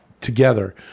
together